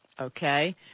Okay